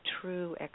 true